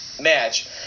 match